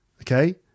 okay